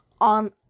on